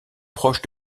proche